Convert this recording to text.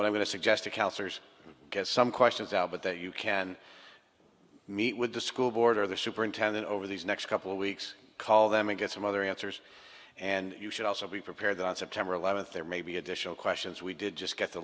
to suggest a cow cers get some questions out but that you can meet with the school board or the superintendent over these next couple of weeks call them and get some other answers and you should also be prepared that on september eleventh there may be additional questions we did just get the